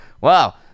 wow